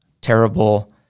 terrible